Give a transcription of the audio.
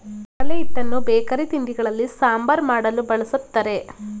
ಕಡಲೆ ಹಿಟ್ಟನ್ನು ಬೇಕರಿ ತಿಂಡಿಗಳಲ್ಲಿ, ಸಾಂಬಾರ್ ಮಾಡಲು, ಬಳ್ಸತ್ತರೆ